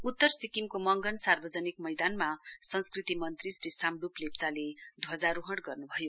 उतर सिक्किमको मंगन सार्वजनिक मैदानमा संस्कृति मन्त्री श्री साम्ड्प लेप्चाले ध्वाजारोहण गर्न्भयो